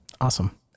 Awesome